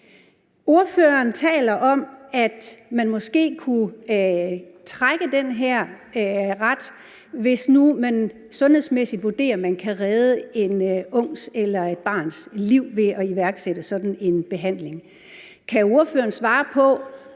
Ordføreren taler om, at man måske kunne trække den her ret, hvis nu man sundhedsmæssigt vurderer, at man kan redde en ungs eller et barns liv ved at iværksætte sådan en behandling. Kan ordføreren svare på,